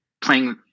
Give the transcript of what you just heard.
playing